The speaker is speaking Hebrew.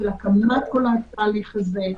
הקמת כל התהליך הזה.